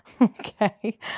Okay